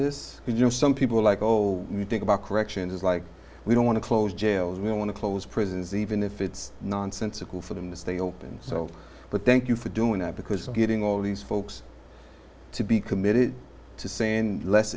this you know some people like oh you think about corrections like we don't want to close jails we want to close prisons even if it's nonsensical for them to stay open so but thank you for doing that because getting all these folks to be committed to sin less